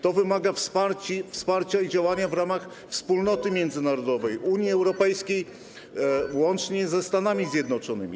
To wymaga wsparcia i działania w ramach wspólnoty międzynarodowej, Unii Europejskiej, łącznie ze Stanami Zjednoczonymi.